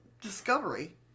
discovery